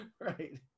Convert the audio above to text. right